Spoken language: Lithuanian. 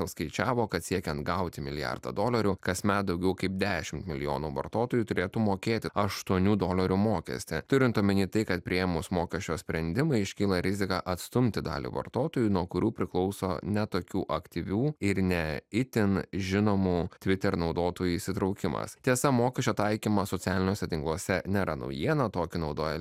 apskaičiavo kad siekiant gauti milijardą dolerių kasmet daugiau kaip dešimt milijonų vartotojų turėtų mokėti aštuonių dolerių mokestį turint omenyje tai kad priėmus mokesčio sprendimą iškyla rizika atstumti dalį vartotojų nuo kurių priklauso ne tokių aktyvių ir ne itin žinomų twitter naudotojų įsitraukimas tiesa mokesčio taikymo socialiniuose tinkluose nėra naujiena tokį naudoja